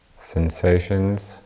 sensations